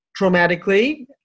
traumatically